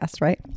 Right